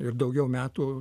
ir daugiau metų